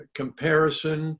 comparison